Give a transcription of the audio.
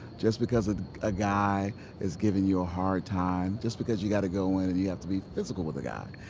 just because ah a guy is giving you a hard time, just because you gotta go in and you have to be physical with a guy.